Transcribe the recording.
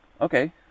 okay